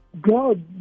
God